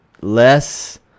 less